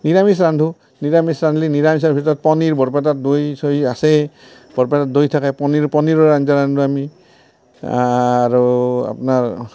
নিৰামিষ ৰান্ধোঁ নিৰামিষ ৰান্ধলে নিৰামিষৰ ভিতৰত পনীৰ বৰপেটাৰ দৈ চৈ আছেই বৰপেটাৰ দৈ থাকে পনীৰ পনীৰৰ আঞ্জা ৰান্ধলোঁ আমি আৰু আপনাৰ